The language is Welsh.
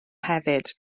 hefyd